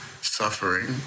suffering